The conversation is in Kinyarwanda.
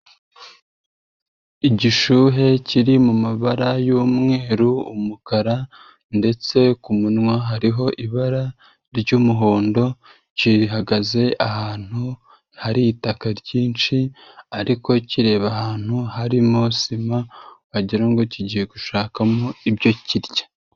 Igishuhe kiri mu mabara y'umweru, umukara, ndetse ku munwa hariho ibara ry'umuhondo kirihagaze ahantu hari ita ryinshi ariko kireba ahantu harimo sima wagira ngo kigiye gushakamo ibyo kirya.